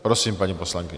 Prosím, paní poslankyně.